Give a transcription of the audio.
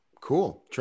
Cool